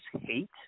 hate